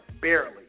barely